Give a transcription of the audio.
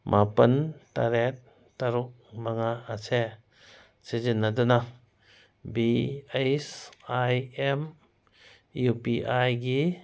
ꯃꯥꯄꯜ ꯇꯔꯦꯠ ꯇꯔꯨꯛ ꯃꯉꯥ ꯑꯁꯦ ꯁꯤꯖꯤꯟꯅꯗꯨꯅ B S I M U P ꯑꯥꯏꯒꯤ